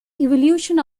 evolution